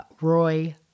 Roy